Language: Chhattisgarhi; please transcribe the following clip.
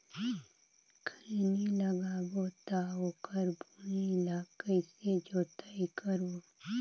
खैनी लगाबो ता ओकर भुईं ला कइसे जोताई करबो?